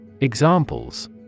Examples